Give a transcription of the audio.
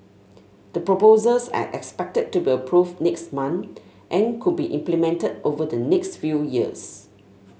the proposals are expected to be approved next month and could be implemented over the next few years